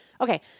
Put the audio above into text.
Okay